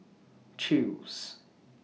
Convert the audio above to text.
Chew's